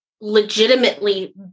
legitimately